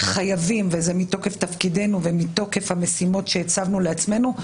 חייבים וזה מתוקף תפקידנו ומתוקף המשימות שהצבנו לעצמנו,